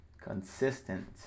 consistent